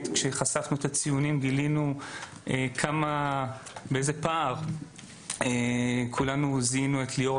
כשחשפנו את הציונים גילינו באיזה פער כולנו זיהינו את ליאורה